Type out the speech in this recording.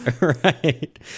Right